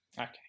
Okay